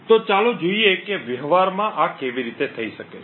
તો ચાલો જોઈએ કે વ્યવહારમાં આ કેવી રીતે થઈ શકે છે